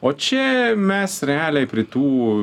o čia mes realiai prie tų